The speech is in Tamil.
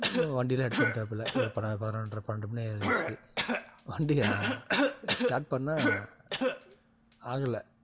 வண்டிலாம் எடுத்துட்டு வந்துட்டாப்புல ஒரு பன பதினோன்ரை பன்னெண்டு மணி ஆயிடுச்சி வண்டியை ஸ்டாட் பண்ணால் ஆகல